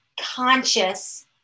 conscious